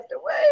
away